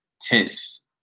tense